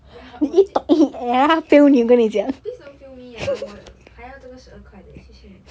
ya 我一一一 eh please don't fail me ah 我还要这个十二块 leh 谢谢你